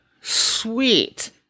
sweet